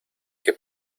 que